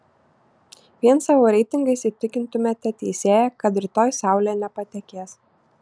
vien savo reitingais įtikintumėte teisėją kad rytoj saulė nepatekės